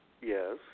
Yes